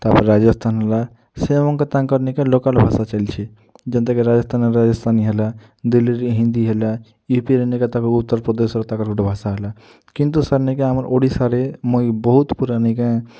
ତା ପରେ ରାଜସ୍ଥାନ୍ ହେଲା ସେମାନ୍କେ ତାକର୍ନିକେ ଲୋକାଲ୍ ଭାଷା ଚାଲିଛେ ଯେନ୍ତା କି ରାଜସ୍ଥାନରେ ରାଜସ୍ତାନି ହେଲା ଦିଲ୍ଲୀରେ ହିନ୍ଦୀ ହେଲା ୟୁପିରେ ନେଇକେଁ ତାଙ୍କର୍ ଉତ୍ତର୍ପ୍ରଦେଶ୍ର ତାକର୍ ଗୁଟେ ଭାଷା ହେଲା କିନ୍ତୁ ସାର୍ ନେଇକେଁ ଆମର୍ ଓଡ଼ିଶାରେ ମୁଇଁ ବହୁତ୍ ପୁରା ନେଇକେଁ